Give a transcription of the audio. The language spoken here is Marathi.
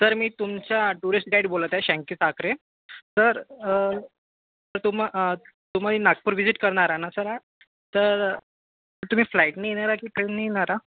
सर मी तुमचा टूरिस्ट गाईड बोलत आहे शानकू साखरे सर तुम्हा तुम्ही नागपूर व्हीजिट करणार ना सर आज तर तुम्ही फ्लाईटने येणार आहे की ट्रेनने येणार आहा